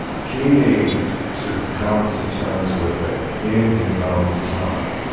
he needs to come to terms with it in his own time.